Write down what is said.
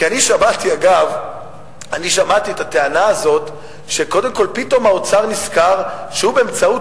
כי אני שמעתי את הטענה הזאת שקודם כול פתאום האוצר נזכר שבאמצעות